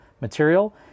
material